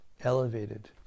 elevated